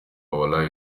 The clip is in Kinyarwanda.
our